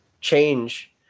change